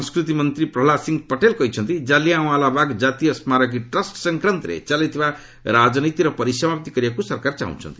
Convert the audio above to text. ସଂସ୍କୃତି ମନ୍ତ୍ରୀ ପ୍ରହଲ୍ଲାଦ ସିଂ ପଟେଲ୍ କହିଛନ୍ତି ଜାଲିଆଁୱାଲାବାଗ ଜାତୀୟ ସ୍କାରକୀ ଟ୍ରଷ୍ଟ ସଂକ୍ରାନ୍ତରେ ଚାଲିଥିବା ରାଜନୀତିର ପରିସମାପ୍ତି କରିବାକୁ ସରକାର ଚାହୁଛନ୍ତି